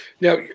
now